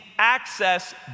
Access